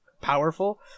powerful